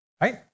right